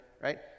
right